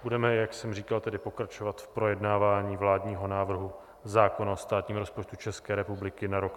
Budeme tedy, jak jsem říkal, pokračovat v projednávání vládního návrhu zákona o státním rozpočtu České republiky na rok 2021.